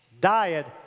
diet